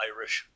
Irish